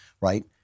right